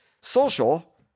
social